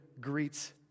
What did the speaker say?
greets